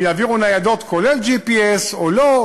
אם יעבירו ניידות כולל GPS או לא,